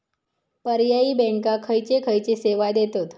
पर्यायी बँका खयचे खयचे सेवा देतत?